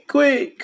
Quick